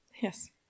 Yes